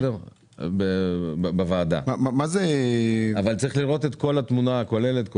אבל צריך לראות את התמונה הכוללת,